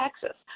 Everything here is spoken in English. Texas